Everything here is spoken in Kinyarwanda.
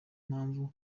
mpamvu